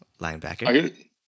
linebacker